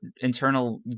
internal